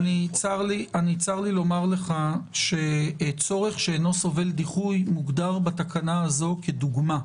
צר לי לומר לך ש"צורך שאינו סובל דיחוי" מוגדר בתקנה הזו כדוגמה.